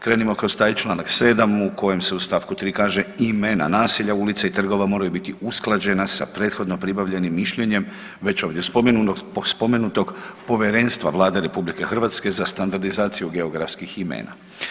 Krenimo kroz taj čl. 7. u kojem se u st. 3. kaže imena naselja, ulica i trgova moraju biti usklađena sa prethodno pribavljenim mišljenjem već ovdje spomenutog Povjerenstva Vlade RH za standardizaciju geografskih imena.